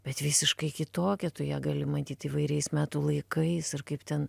bet visiškai kitokią tu ją gali matyt įvairiais metų laikais ir kaip ten